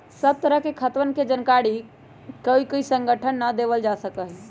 सब तरह के खातवन के जानकारी ककोई संगठन के ना देवल जा सका हई